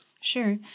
Sure